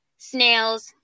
Snails